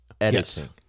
editing